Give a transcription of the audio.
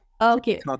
Okay